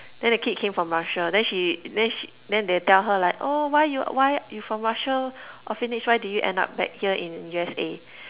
then the kid came from Russia then she then she then they tell her like oh why you why you from Russia orphanage why did you end up back here in U_S_A